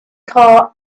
car